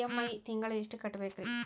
EMI ತಿಂಗಳ ಎಷ್ಟು ಕಟ್ಬಕ್ರೀ?